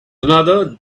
another